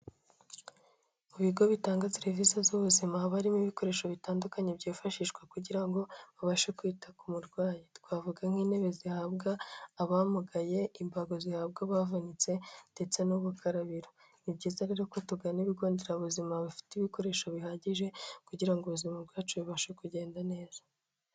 Mu bigo bitanga serivisi z'ubuzima haba harimo ibikoresho bitandukanye byifashishwa kugira ngo babashe kwita ku murwayi. Twavuga nk'intebe zihabwa abamugaye, imbago zihabwa abavunitse ndetse n'ubukarabiro. Ni byiza rero ko tugana ibigo nderabuzima bifite ibikoresho bihagije kugira ngo ubuzima bwacu bubashe kugenda neza.